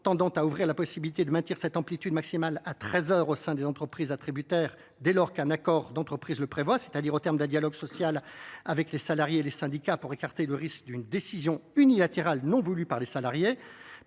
tendant à ouvrir la possibilité de maintenir cette amplitude maximale à treize heures au sein des entreprises attributaires, dès lors qu’un accord d’entreprise le prévoit, c’est à dire au terme d’un dialogue social avec les salariés et les syndicats, pour écarter le risque d’une décision unilatérale non voulue par les salariés.